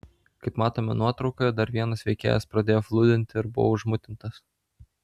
kaip matome nuotraukoje dar vienas veikėjas pradėjo flūdinti ir buvo užmutintas